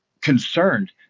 concerned